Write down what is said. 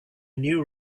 new